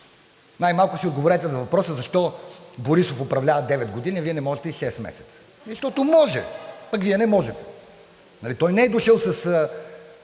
Най-малко си отговорете на въпроса защо Борисов управлява девет години, а Вие не можете и шест месеца? Защото може, а Вие не можете. Той не е дошъл с